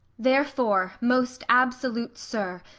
therefore, most absolute sir,